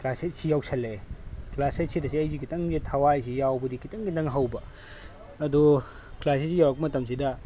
class ꯑꯩꯠꯁꯦ ꯌꯧꯁꯤꯜꯂꯛꯑꯦ class ꯑꯩꯠꯁꯤꯗꯁꯦ ꯑꯩꯁꯦ ꯈꯤꯇꯪꯗꯤ ꯊꯋꯥꯏꯁꯦ ꯌꯥꯎꯕꯗꯤ ꯈꯤꯇꯪ ꯈꯤꯇꯪ ꯍꯧꯕ ꯑꯗꯣ ꯀ꯭ꯂꯥꯁ ꯑꯩꯠꯁꯦ ꯌꯧꯔꯛꯄ ꯃꯇꯝꯁꯤꯗ